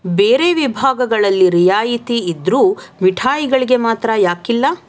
ಬೇರೆ ವಿಭಾಗಗಳಲ್ಲಿ ರಿಯಾಯಿತಿ ಇದ್ದರೂ ಮಿಠಾಯಿಗಳಿಗೆ ಮಾತ್ರ ಯಾಕಿಲ್ಲ